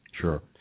Sure